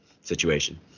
situation